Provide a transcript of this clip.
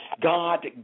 God